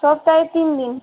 সপ্তাহে তিন দিন